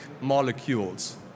molecules